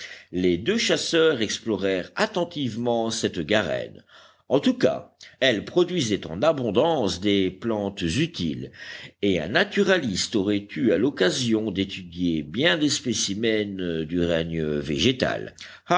les deux chasseurs explorèrent attentivement cette garenne en tout cas elle produisait en abondance des plantes utiles et un naturaliste aurait eu là l'occasion d'étudier bien des spécimens du règne végétal